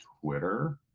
Twitter